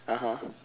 (uh huh)